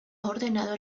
ordenado